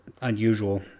unusual